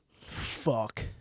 Fuck